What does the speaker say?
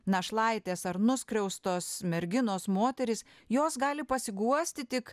našlaitės ar nuskriaustos merginos moterys jos gali pasiguosti tik